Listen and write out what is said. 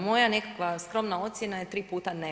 Moja nekakva skromna ocjena je 3 puta ne.